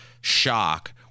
shock